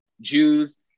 jews